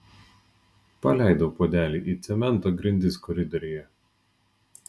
paleidau puodelį į cemento grindis koridoriuje